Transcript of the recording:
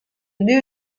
new